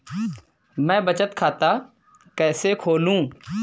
मैं बचत खाता कैसे खोलूं?